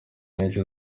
nyinshi